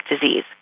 disease